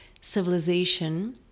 civilization